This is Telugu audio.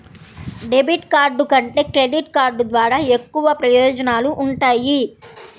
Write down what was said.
డెబిట్ కార్డు కంటే క్రెడిట్ కార్డు ద్వారా ఎక్కువ ప్రయోజనాలు వుంటయ్యి